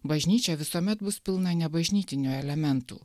bažnyčia visuomet bus pilna nebažnytinių elementų